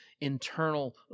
internal